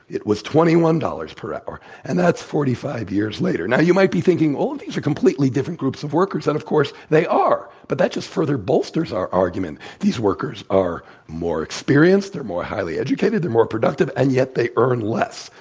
it was twenty one dollars per hour and that's forty five years later. now, you might be thinking oh, these are completely different groups of workers, and of course, they are, but that just further bolsters our argument. these workers are more experienced. they're more highly educated. they're more productive and yet they earn less.